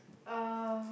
uh